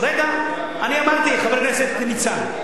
רגע, אמרתי, חבר הכנסת ניצן.